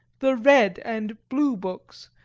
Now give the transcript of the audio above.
the red and blue books,